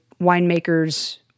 winemakers